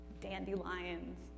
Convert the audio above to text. dandelions